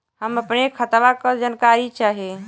हम अपने खतवा क जानकारी चाही?